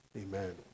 Amen